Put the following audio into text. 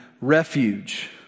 refuge